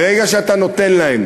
ברגע שאתה נותן להם